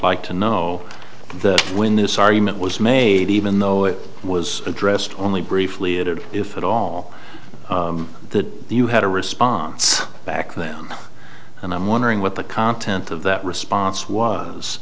like to know that when this argument was made even though it was addressed only briefly added if at all that you had a response back then and i'm wondering what the content of that response was